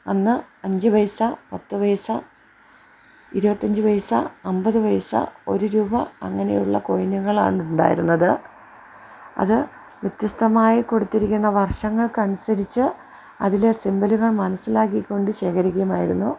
അന്ന് അഞ്ച് പൈസ പത്ത് പൈസ ഇരുപത്തി അഞ്ച് പൈസ അൻപത് പൈസ ഒരു രൂപ അങ്ങനെയുള്ള കോയിനുകളാണ് ഉണ്ടായിരുന്നത് അത് വ്യത്യസ്തമായി കൊടുത്തിരിക്കുന്ന വർഷങ്ങൾക്ക് അനുസരിച്ച് അതിലെ സിമ്പലുകൾ മനസ്സിലാക്കി കൊണ്ട് ശേഖരിക്കുമായിരുന്നു